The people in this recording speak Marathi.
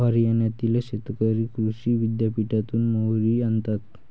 हरियाणातील शेतकरी कृषी विद्यापीठातून मोहरी आणतात